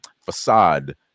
facade